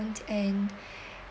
and